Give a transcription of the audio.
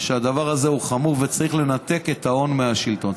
שהדבר הזה חמור, וצריך לנתק את ההון מהשלטון.